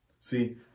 See